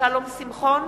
שלום שמחון,